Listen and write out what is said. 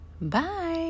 Bye